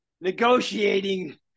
negotiating